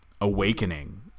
awakening